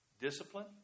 discipline